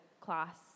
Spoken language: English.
class